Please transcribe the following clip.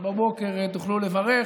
בבוקר תוכלו לברך.